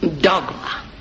dogma